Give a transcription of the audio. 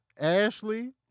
Ashley